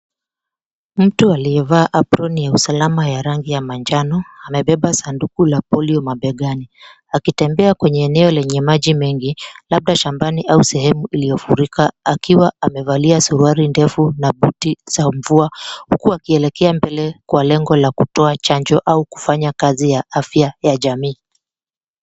Mtu aliyevaa aproni ya usalama ya rangi ya manjano amebeba sanduku la polio mabegani akitembea kwenye eneo lenye maji mengi labda shambani au sehemu iliyofurika akiwa amevalia suruali ndefu na buti za mvua huku akielekea mbele kwa lengo la kutoa chanjo au kufanya kazi ya afya ya jamii.